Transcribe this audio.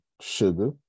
Sugar